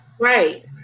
Right